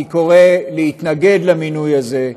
אני קורא להתנגד למינוי הזה,